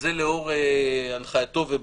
וזה לאור הנחייתו ובקשתו.